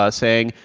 ah saying,